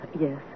Yes